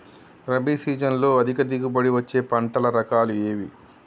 రబీ సీజన్లో అధిక దిగుబడి వచ్చే పంటల రకాలు ఏవి?